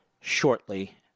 shortly